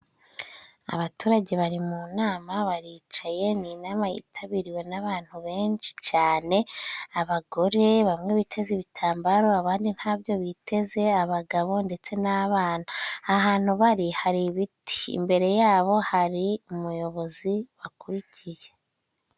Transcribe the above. Abaturage bari mu nama baricaye ni inama yitabiriwe n'abantu benshi cyane: abagore bamwe biteze ibitambaro abandi ntabyo biteze, abagabo ndetse n'abana ahantu bari hari ibiti imbere yabo hari umuyobozi bakurikiye.